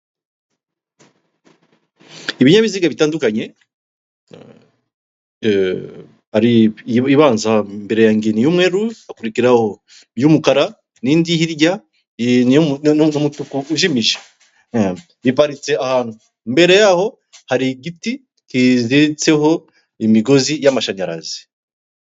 Ibinyabiziga bitandukanye, hari ibanza imbere yanjye niy'umweru, hakurikiraho iy'umukara, n'indi hirya n'umutuku ujimije, iparitse ahantu. Imbere yaho har'igiti kiziritseho imigozi y'amashanyarazi.